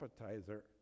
appetizer